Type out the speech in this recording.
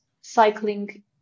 cycling